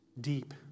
deep